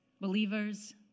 believers